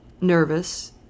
nervous